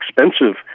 expensive